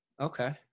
Okay